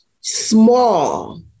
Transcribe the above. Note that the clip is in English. small